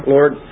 Lord